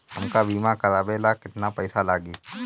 हमका बीमा करावे ला केतना पईसा लागी?